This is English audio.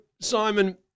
Simon